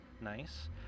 nice